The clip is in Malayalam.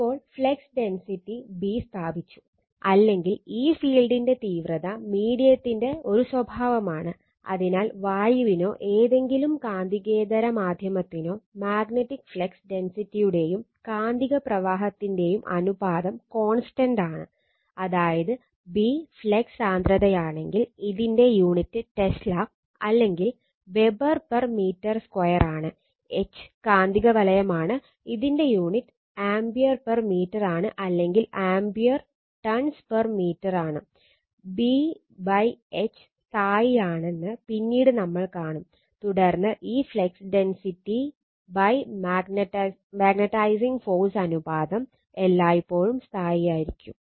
ഇപ്പോൾ ഫ്ലക്സ് ഡെൻസിറ്റി എല്ലായ്പ്പോഴും സ്ഥായിയായിരിക്കും